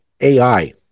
AI